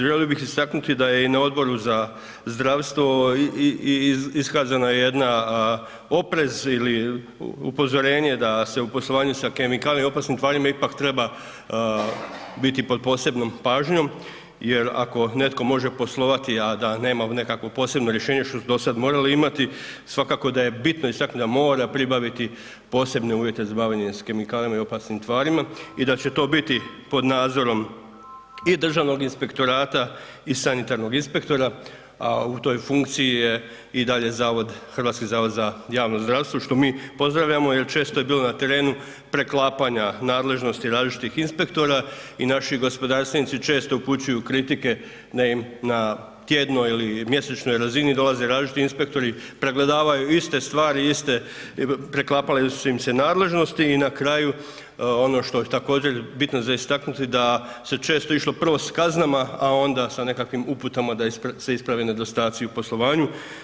Želio bih istaknuti da je i na Odboru za zdravstvo iskazana jedan oprez ili upozorenje da se u poslovanju sa kemikalijama i opasnim tvarima ipak treba biti pod posebnom pažnjom jer ako netko može poslovati, a da nema neko posebno rješenje, što su dosad morali imati, svakako da je bitno istaknuti da mora pribaviti posebne uvjete za bavljenje s kemikalijama i opasnim tvarima i da će to biti pod nadzorom i Državnog inspektorata i sanitarnog inspektora, a u toj funkciji je i dalje Hrvatski zavod za javno zdravstvo, što mi pozdravljamo jer često je bilo na terenu preklapanja nadležnosti različitih inspektora i naši gospodarstvenici često upućuju kritike ne, na tjednoj ili mjesečnoj razini dolaze različiti inspektori, pregledavaju iste stvari, iste, preklapale su im se nadležnosti i na kraju ono što je također, bitno za istaknuti da se često išlo prvo s kaznama, a onda s nekakvim uputama da se isprave nedostaci u poslovanju.